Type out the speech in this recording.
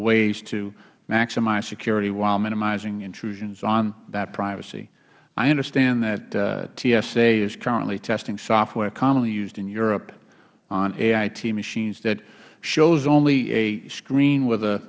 ways to maximize security while minimizing intrusions on that privacy i understand that tsa is currently testing software commonly used in europe on ait machines that shows only a screen with